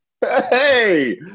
Hey